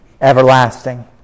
everlasting